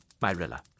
Myrilla